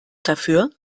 dafür